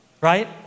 Right